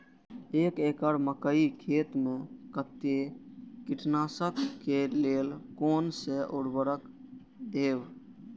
एक एकड़ मकई खेत में कते कीटनाशक के लेल कोन से उर्वरक देव?